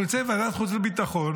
אנחנו נמצאים בוועדת חוץ וביטחון,